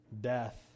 death